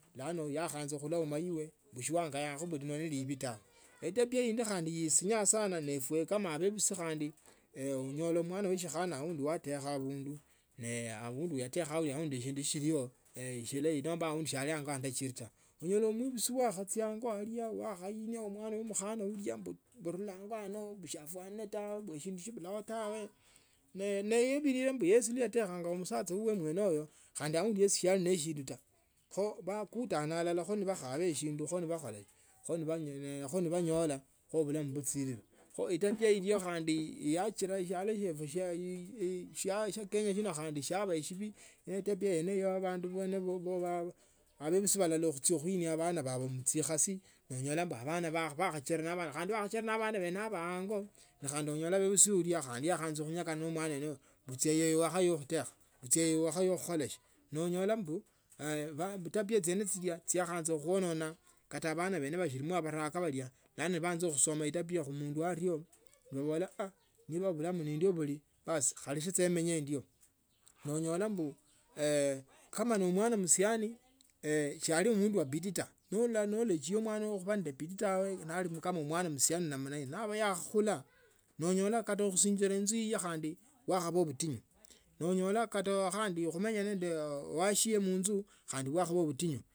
Bulano yakhaanza khulauma ibe mbushiwakhaya nga lino ni libili tawe etabia indi khandi yisinya sana ifwe kama obehisi khandi onyola omwana we shikhana aundi shindu shilio shilayi nomba aundi si ali ango yandachichanga tawe nolola muibili yakhachia ango yakhamingo mukhano ulya yakhamubola mba nilo ango ano bushia shiafwane tawe shindu shibalo tawe nebilele mbiyesi yatakhanga muficha mwene wo khandi aundu yesi siyoba noshindu taa kho nebakhola shi khe nebanyola khe bulamu buchilila kho itabia ilya khandi yachina eshialo shefu shia kenya shiabashibi netabia yene yaabandu bono ya abebusi balala khuinia bana babo muchikhasi noonyola mbuabana bakhachorera. Khandi bakhachorera abana bene ango nonyola muibusi ulya yakhaanza kunyekana nonde mwana yeneye buchieyo wakhanywo khutesia buchiayo wakhaywa kukhola si naonyola mbu echitabia chiene chilya chiakhaanza khuonenia kala bana bene bashilimo baraka balya bulemo nebaana kusoma echitabia khumundu ario nobola aah nebula ne ndio oli mundu wa bidii taa no olola knowledge ya omwano wuwo. khuba nende bidii tawe nalimo kama mwana musiani namna hii naaba yakhokhula nonyola kata khusinjila inzu iye yakhaba mutinyu nanyola khandi khuminya nende wasio munzu khandi yakhabaa butinyu.